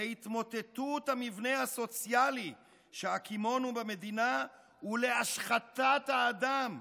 ל"התמוטטות המבנה הסוציאלי שהקימונו במדינה ולהשחתת האדם,